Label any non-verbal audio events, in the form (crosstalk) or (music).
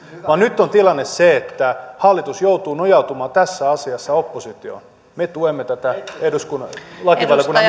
vaan nyt on tilanne se että hallitus joutuu nojautumaan tässä asiassa oppositioon me tuemme tätä eduskunnan lakivaliokunnan (unintelligible)